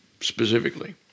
specifically